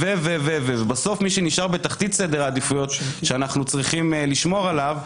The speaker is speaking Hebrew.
ובסוף מי שנשאר בתחתית סדר העדיפויות שאנחנו צריכים לשמור עליו,